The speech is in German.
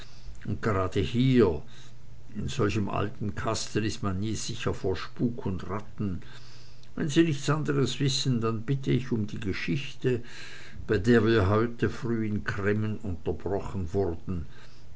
und gerade hier in solchem alten kasten ist man nie sicher vor spuk und ratten wenn sie nichts andres wissen dann bitt ich um die geschichte bei der wir heute früh in cremmen unterbrochen wurden